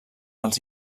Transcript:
els